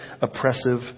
oppressive